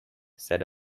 said